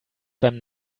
beim